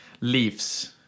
leaves